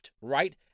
right